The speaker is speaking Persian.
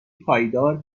پایدار